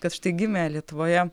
kad štai gimė lietuvoje